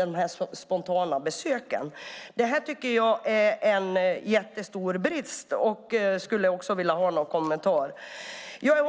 emot dessa spontana besök. Detta tycker jag är en jättestor brist, och jag skulle vilja ha en kommentar till det.